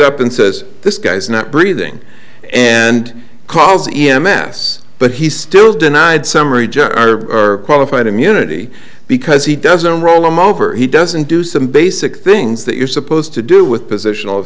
up and says this guy's not breathing and calls e m s but he's still denied summary jeff qualified immunity because he doesn't roll them over he doesn't do some basic things that you're supposed to do with positional